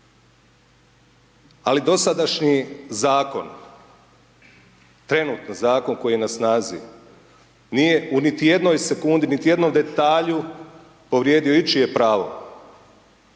Ali, dosadašnji zakon, trenutni zakon koji je na snazi, nije niti u jednoj sekundi, niti u jednom detalju, povrijedio ičije pravo.